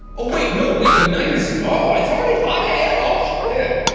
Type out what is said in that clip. ah wait, no wait the night is oh it's already five am? oh shit!